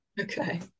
Okay